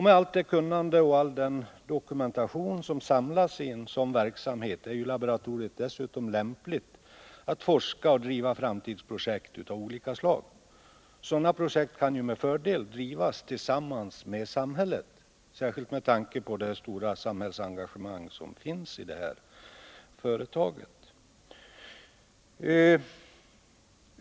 Med allt det kunnande och med all den dokumentation som samlas i en sådan verksamhet är laboratoriet dessutom lämpligt för forskning och framtidsprojekt av olika slag. Sådana projekt kan med fördel drivas tillsammans med samhället, särskilt med tanke på det stora samhällsengagemang som finns i det här företaget.